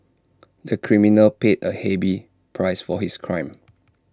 the criminal paid A heavy price for his crime